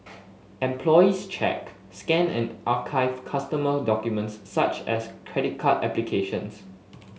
employees check scan and archive customer documents such as credit card applications